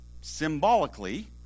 symbolically